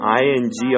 ing